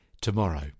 Tomorrow